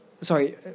Sorry